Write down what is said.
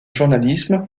journalisme